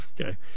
Okay